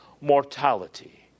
mortality